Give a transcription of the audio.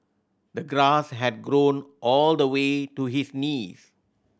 the grass had grown all the way to his knees